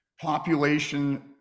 population